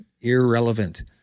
irrelevant